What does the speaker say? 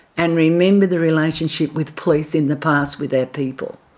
and remember the relationship with police in the past with our people,